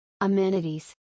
Amenities